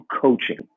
coaching